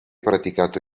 praticato